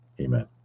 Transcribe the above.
Amen